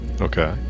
Okay